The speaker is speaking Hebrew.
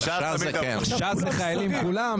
ש"ס זה חיילים כולם?